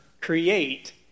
create